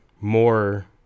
more